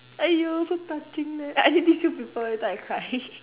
!aiyo! so touching leh I need tissue paper later I cry